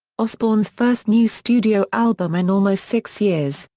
osbourne's first new studio album in almost six years,